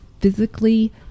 physically